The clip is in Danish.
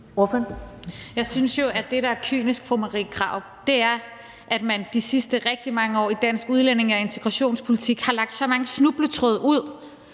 Jeg synes jo, at det, det er kynisk, er, at man i de sidste rigtig mange år i dansk udlændinge- og integrationspolitik har lagt så mange snubletråde ud